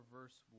verse